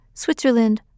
Switzerland